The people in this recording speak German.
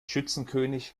schützenkönig